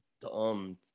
dumb